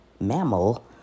mammal